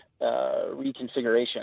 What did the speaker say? reconfiguration